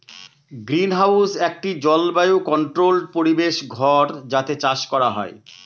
greenhouse একটি জলবায়ু controlled পরিবেশ ঘর যাতে চাষ করা হয়